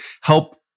help